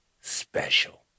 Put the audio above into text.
special